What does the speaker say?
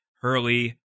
hurley